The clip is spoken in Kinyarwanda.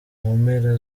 mpera